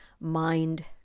mind